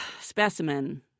specimen